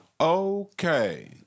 okay